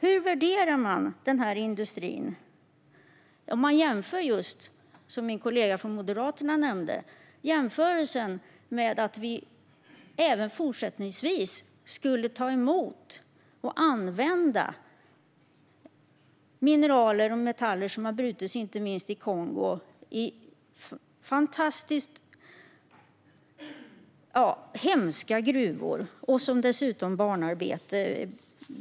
Hur värderar ni den här industrin om man jämför med, som min kollega från Moderaterna gjorde, att vi även fortsättningsvis skulle ta emot och använda mineraler och metaller som har brutits i Kongo i hemska gruvor och dessutom med barnarbetare?